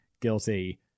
Guilty